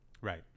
Right